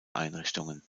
einrichtungen